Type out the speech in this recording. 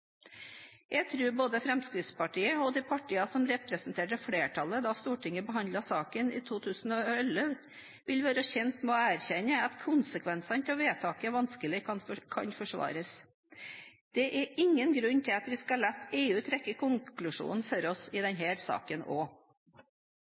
Jeg tror både Fremskrittspartiet og de partiene som representerte flertallet da Stortinget behandlet saken i 2011, ville være tjent med å erkjenne at konsekvensene av vedtaket vanskelig kan forsvares. Det er ingen grunn til at vi skal la EU trekke konklusjonen for oss i